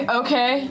okay